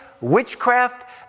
witchcraft